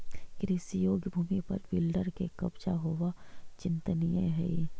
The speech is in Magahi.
कृषियोग्य भूमि पर बिल्डर के कब्जा होवऽ चिंतनीय हई